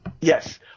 Yes